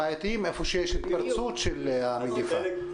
והם עשו צעדים פחות קשים משלנו.